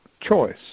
choice